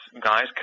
guys